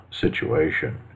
situation